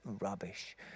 rubbish